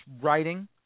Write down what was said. writing